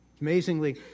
Amazingly